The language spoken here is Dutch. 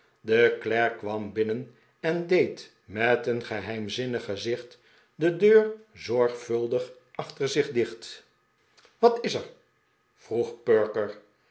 de klerk kwam binnen en deed met een geheirnzinnig gezicht de deur zorgvuldig achter zich dicht wat is er vroeg perker